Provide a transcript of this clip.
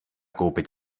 koupit